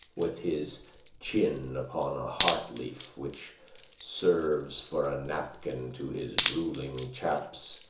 with his chin upon a heart-leaf, which serves for a napkin to his drooling chaps,